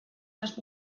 las